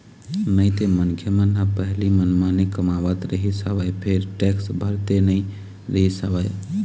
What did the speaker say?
नइते मनखे मन ह पहिली मनमाने कमावत रिहिस हवय फेर टेक्स भरते नइ रिहिस हवय